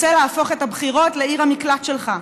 רוצה להפוך את הבחירות לעיר המקלט שלך.